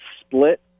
split